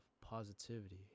positivity